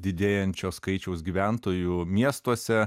didėjančio skaičiaus gyventojų miestuose